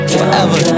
forever